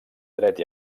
dret